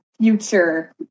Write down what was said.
future